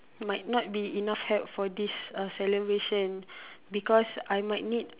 might not be enough help for this uh celebration because I might need